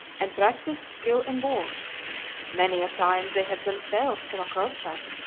and practised skill in wars many a time they had themselves come across them,